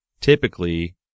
typically